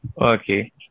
Okay